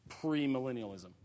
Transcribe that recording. pre-millennialism